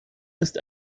ist